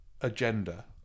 agenda